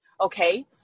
Okay